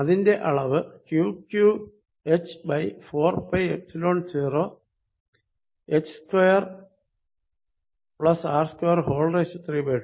അതിന്റെ അളവ് Qqh4πϵ0h2R232